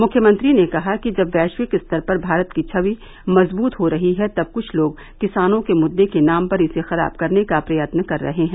मुख्यमंत्री ने कहा कि जब वैश्विक स्तर पर भारत की छवि मजबूत हो रही है तब कुछ लोग किसानों के मुद्दे के नाम पर इसे खराब करने का प्रयत्न कर रहे हैं